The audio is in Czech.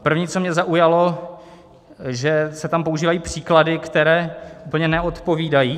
První, co mě zaujalo, že se tam používají příklady, které úplně neodpovídají.